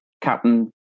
captain